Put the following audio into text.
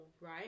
right